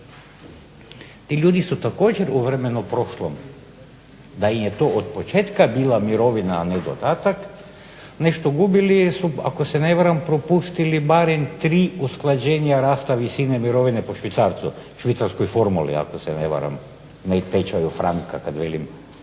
Ti ljudi su također u vremenu prošlom. Da im je to otpočetka bila mirovina, a ne dodatak, nešto gubili jer su ako se ne varam propustili barem tri usklađenja rasta visine mirovine po švicarcu, švicarskoj formuli ako se ne varam, ne i tečaju franka kad velim